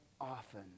often